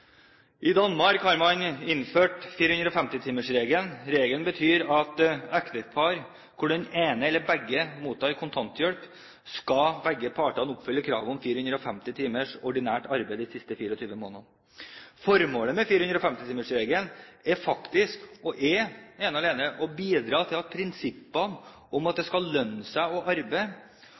I Danmark har man innført 450-timersregelen, som betyr at et ektepar hvor enten den ene eller begge mottar kontanthjelp, skal – begge partene – oppfylle kravet om 450 timers ordinært arbeid de siste 24 månedene. Formålet med 450-timersregelen er ene og alene å bidra til prinsippet om at det skal lønne seg å arbeide,